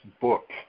book